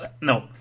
No